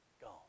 gone